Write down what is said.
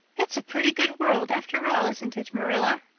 it's a pretty good world, after all, isn't it, marilla?